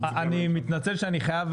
אני מתנצל שאני חייב